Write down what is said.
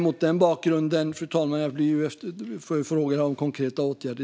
Jag får nu frågor om konkreta åtgärder.